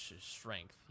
strength